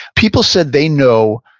people said they know,